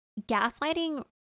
gaslighting